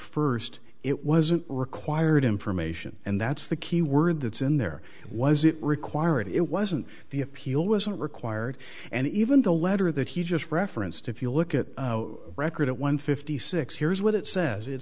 first it wasn't required information and that's the keyword that's in there was it required it wasn't the appeal wasn't required and even the letter that he just referenced if you look at record at one fifty six here's what it says it